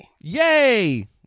Yay